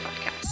podcast